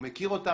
הוא מכיר אותם,